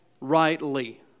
rightly